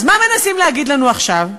אז מה מנסים להגיד לנו עכשיו?